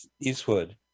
eastwood